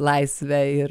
laisvę ir